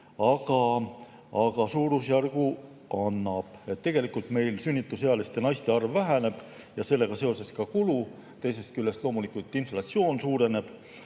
aga suurusjärgu annab. Tegelikult meil sünnitusealiste naiste arv väheneb ja sellega seoses ka kulu. Teisest küljest loomulikult inflatsioon suureneb.